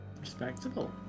Respectable